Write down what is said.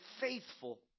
faithful